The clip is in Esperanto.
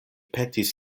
petis